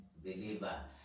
believer